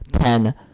Ten